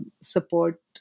support